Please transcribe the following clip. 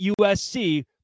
USC